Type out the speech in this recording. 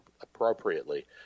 appropriately